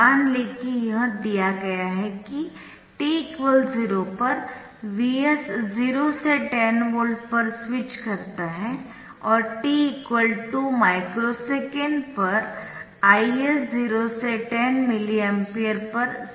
मान लें कि यह दिया गया है कि t 0 पर Vs 0 से 10 वोल्ट पर स्विच करता है और t 2 माइक्रो सेकंड पर Is 0 से 10 मिली एम्प्स पर स्विच करता है